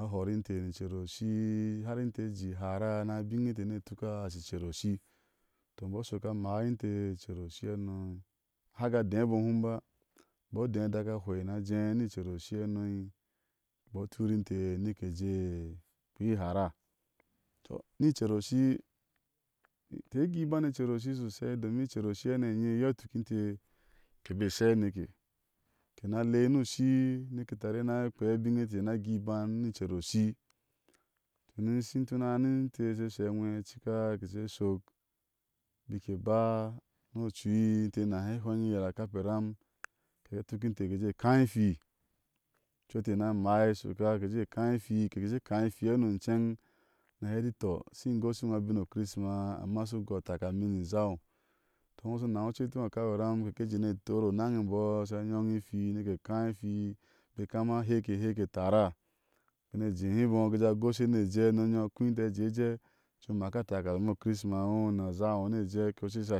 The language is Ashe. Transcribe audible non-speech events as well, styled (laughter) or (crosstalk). a hor inte ni ker oshi, har inte jé i ihara ni abiŋe inte she tuka, ashi icer oshi tɔ mbɔɔ a shɔk a maai inte icer oshi hano, hana ga débɔɔ hum ba mbɔɔ a dé a dak ahwɛi ni a jé ni icer oshi hano, inbɔɔ a turi inte, ni e kejé kpea ihara tɔ ni icer oshi, ke egui ibaneicer oshi sosai domin icer oshi hane inye iyɔ i ituk inte keba e she aneke ke ni a le ni ushi ke tari ni a kpea a bine inte ke na a gui iban ni icer oshi domin i shi intuna ni inte she sho a ŋwhe ha cika ke shok bik e ke ba ni ocui inte nahi hweŋi yir a kapi eram a sha tuk inte ke jé káa ihwii ocu inte ni a maa e shoka ke ki jé káái ihwii, intake she kaá ihwii hano iceŋ ni a hɛfi tɔ ishi goshi iŋo abin o kirisma amma iŋo u shu goi a takalmi izhao, iŋo tɔ iŋo u shu nahu ceti iŋo a kape iram ke she tɔrɔ onaŋe mibɔɔ a sha nyoŋ i iwii nike káái ihwii nike kama hɛk ke hɛkke tara noi e jé hi in bɔɔ a kó a jé go she ni e jɛ unom nyom a kui inte a jé ejʒni a maka a talkami o kirisima iŋoucou (unintelligible) lek sha